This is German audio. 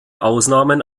ausnahmen